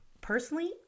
Personally